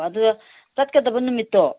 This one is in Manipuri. ꯑꯣ ꯑꯗꯨ ꯆꯠꯀꯗꯕ ꯅꯨꯃꯤꯠꯇꯣ